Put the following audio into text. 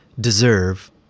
deserve